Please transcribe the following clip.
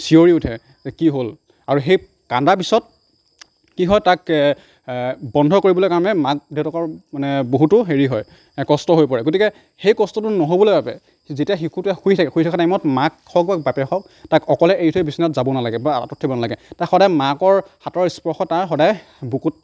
চিঞৰি উঠে যে কি হ'ল আৰু সেই কন্দা পিছত কি হয় তাক বন্ধ কৰিবলৈ কাৰণে মাক দেউতাকৰ মানে বহুতো হেৰি হয় কষ্ট হৈ পৰে গতিকে সেই কষ্টটো ন'হবলৈ বাবে যেতিয়া শিশুটোৱে শুই থাকে শুই থকা টাইমত মাক হওক বা বাপেক হওক তাক অকলে এৰি থৈ বিচনাত যাব নালাগে বা আঁতৰত থাকিব নালাগে তাক সদায় মাকৰ হাতৰ স্পৰ্শ তাৰ সদায় বুকুত